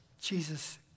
Jesus